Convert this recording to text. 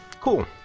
Cool